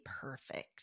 perfect